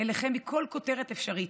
אליכם מכל כותרת אפשרית,